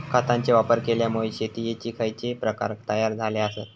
खतांचे वापर केल्यामुळे शेतीयेचे खैचे प्रकार तयार झाले आसत?